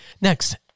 Next